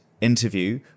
interview